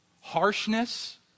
harshness